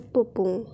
Pupung